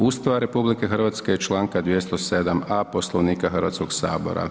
Ustava RH i članka 207.a Poslovnika Hrvatskog sabora.